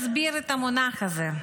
אסביר את המונח הזה.